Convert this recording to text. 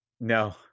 No